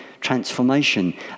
transformation